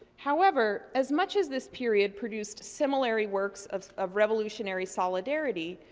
however, as much as this period produced similar works of of revolutionary solidarity,